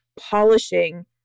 polishing